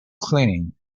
cleaning